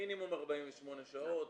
מינימום 48 שעות.